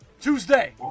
Tuesday